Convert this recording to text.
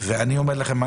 ואני אומר לכם,